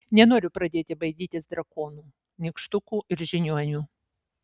nenoriu pradėti baidytis drakonų nykštukų ir žiniuonių